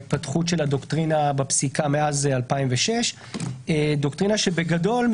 כולל ההתפתחות של הדוקטרינה בפסיקה מאז 2006. בגדול,